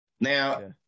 Now